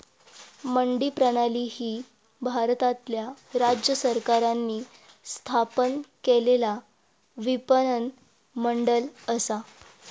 मंडी प्रणाली ही भारतातल्या राज्य सरकारांनी स्थापन केलेला विपणन मंडळ असा